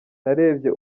narebye